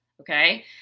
okay